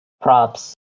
props